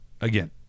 Again